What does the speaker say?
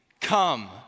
come